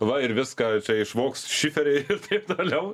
va ir viską išvogs šiferiai ir taip toliau